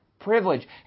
privilege